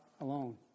alone